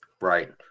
Right